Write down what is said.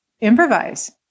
improvise